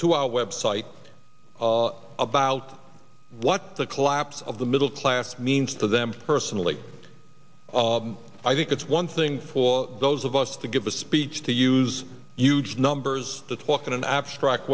to our website about what the collapse of the middle class means to them personally i think it's one thing for those of us to give a speech to use huge numbers to talk in an abstract